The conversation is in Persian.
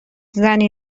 زنی